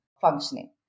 functioning